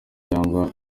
cyangwa